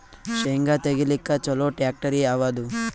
ಶೇಂಗಾ ತೆಗಿಲಿಕ್ಕ ಚಲೋ ಟ್ಯಾಕ್ಟರಿ ಯಾವಾದು?